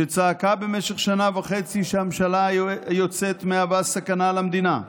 שצעקה במשך שנה וחצי שהממשלה היוצאת מהווה סכנה למדינה,